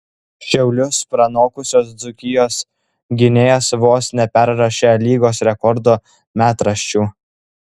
šiaulius pranokusios dzūkijos gynėjas vos neperrašė lygos rekordų metraščių